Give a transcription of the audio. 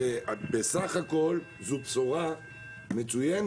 וסך הכל, זו בשורה מצוינת